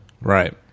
Right